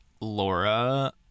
Laura